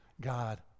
God